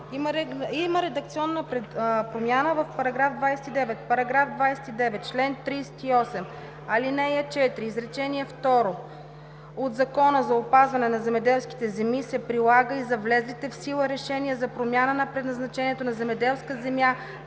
Има редакционна промяна в § 29: „§ 29. Член 38, ал. 4, изречение второ от Закона за опазване на земеделските земи се прилага и за влезлите в сила решения за промяна на предназначението на земеделска земя